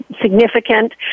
significant